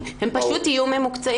את הנקודה